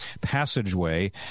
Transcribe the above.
passageway